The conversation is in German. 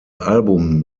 album